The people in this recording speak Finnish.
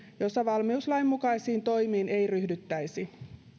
jossa valmiuslain mukaisiin toimiin ei ryhdyttäisi